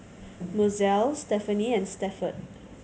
Mozelle Stephenie and Stafford